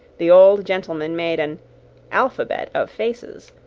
the old gentleman made an alphabet of faces,